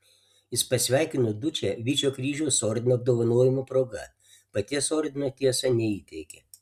jis pasveikino dučę vyčio kryžiaus ordino apdovanojimo proga paties ordino tiesa neįteikė